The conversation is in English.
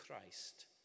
Christ